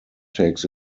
takes